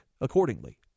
accordingly